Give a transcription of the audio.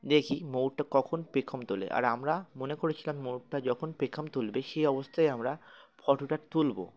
দেখি ময়ূরটা কখন পেখম তোলে আর আমরা মনে করেছিলাম ময়ূরটা যখন পেখম তুলবে সেই অবস্থায় আমরা ফটোটা তুলব